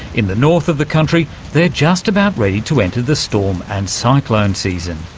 in the north of the country they are just about ready to enter the storm and cyclone season.